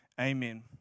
amen